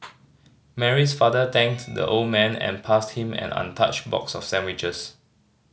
Mary's father thanked the old man and passed him an untouched box of sandwiches